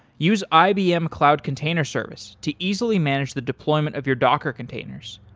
use ibm cloud container service to easily manage the deployment of your docker containers.